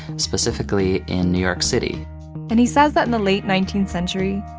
specifically in new york city and he says that in the late nineteenth century,